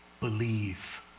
believe